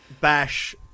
Bash